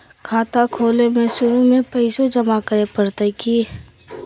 खाता खोले में शुरू में पैसो जमा करे पड़तई की?